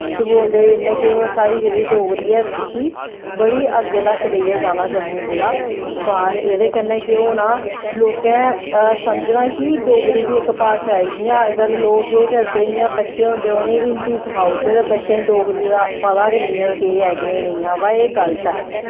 केह् बोलदे इ'न्ने साढ़ी जेह्ड़ी डोगरी ऐ इसी बड़ी अग्गें तक लेइयै जाना जम्मू कोला बाह्र एह्दे कन्नै केह् होना लोकें समझना कि डोगरी बी इक भाशा ऐ जियां अज्जकल लोग केह् करदे इ'यां बच्चे होंदे उ'नेंगी हिन्दी सखाई ओड़दे ते बच्चें गी डोगरी दा पता गै नी ऐ केह् ऐ ते केह् नेईं ऐ भाई एह् गलत ऐ